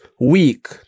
weak